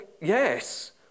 yes